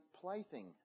plaything